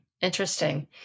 Interesting